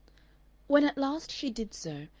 when at last she did so,